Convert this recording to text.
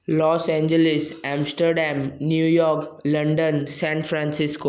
loss Angeles Amsterdam New York London San Francisco